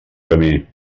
camí